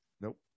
Nope